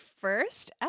first